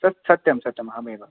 सत् सत्यं सत्यम् अहमेव